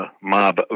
mob